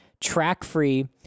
track-free